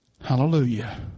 Hallelujah